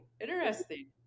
Interesting